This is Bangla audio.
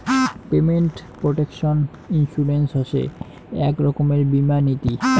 পেমেন্ট প্রটেকশন ইন্সুরেন্স হসে এক রকমের বীমা নীতি